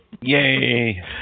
Yay